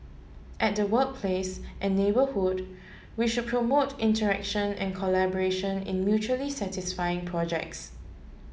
at the workplace and neighbourhood we should promote interaction and collaboration in mutually satisfying projects